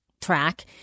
track